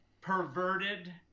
perverted